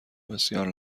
بسیار